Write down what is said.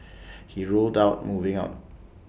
he ruled out moving out